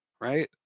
right